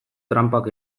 tranpak